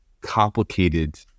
complicated